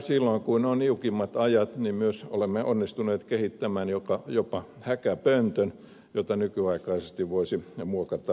silloin kun on niukimmat ajat myös olemme onnistuneet kehittämään jopa häkäpöntön jota nykyaikaisesti voisi muokata sähköautoksi